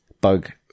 Bug